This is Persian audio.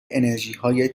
انرژیهای